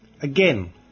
Again